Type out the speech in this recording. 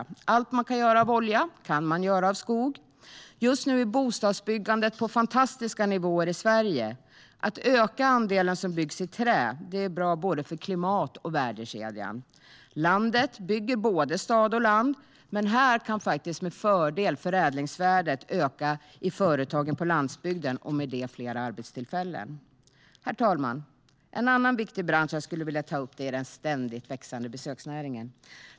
Allt man kan göra av olja kan man göra av skog. Just nu ligger bostadsbyggandet på fantastiska nivåer i Sverige, och att öka andelen som byggs i trä är bra både för klimatet och värdekedjan. Skogen bygger både stad och land, men här kan förädlingsvärdet faktiskt med fördel öka i företagen på landsbygden. Med det kommer fler arbetstillfällen. Herr talman! En annan viktig bransch jag skulle vilja ta upp är den ständigt växande besöksnäringen.